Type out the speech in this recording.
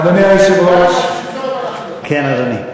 אדוני היושב-ראש, כן, אדוני.